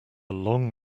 long